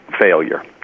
failure